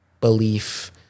belief